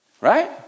Right